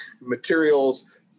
materials